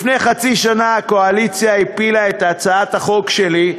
לפני חצי שנה הקואליציה הפילה את הצעת החוק שלי,